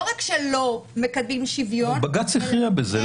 לא רק שלא מקדמים שוויון אלא --- בג"ץ הכריע בזה.